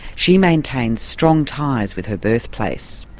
she maintains strong ties with her birthplace.